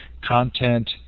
content